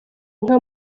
inka